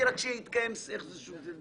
אנחנו עושים טוב לשוק.